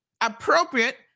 appropriate